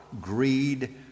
greed